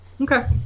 Okay